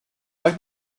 pak